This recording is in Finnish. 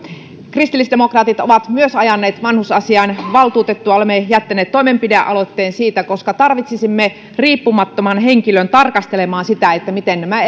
kristillisdemokraatit ovat myös ajaneet vanhusasiainvaltuutettua olemme jättäneet toimenpidealoitteen siitä koska tarvitsisimme riippumattoman henkilön tarkastelemaan sitä mitä nämä